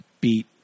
beat